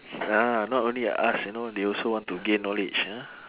ah not only us you know they also want to gain knowledge ah